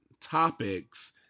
topics